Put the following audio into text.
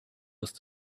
with